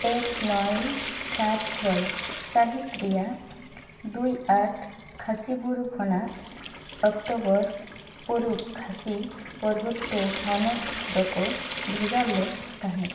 ᱮᱠ ᱱᱚᱭ ᱥᱟᱛ ᱪᱷᱚᱭ ᱥᱟᱦᱤᱛ ᱨᱮᱭᱟᱜ ᱫᱩᱭ ᱟᱴ ᱠᱷᱟᱥᱤ ᱵᱩᱨᱩ ᱠᱷᱚᱱᱟᱜ ᱚᱠᱴᱳᱵᱚᱨ ᱯᱩᱨᱩᱵᱽ ᱠᱷᱟᱥᱤ ᱯᱚᱨᱵᱚᱛᱛᱚ ᱦᱚᱱᱚᱛ ᱫᱚᱠᱚ ᱵᱷᱮᱜᱟᱨ ᱞᱮᱫ ᱛᱟᱦᱮᱫ